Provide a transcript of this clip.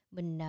Mình